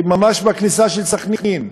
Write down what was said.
ממש בכניסה של סח'נין,